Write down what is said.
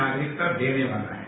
नागरिकता देने वाला है